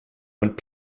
und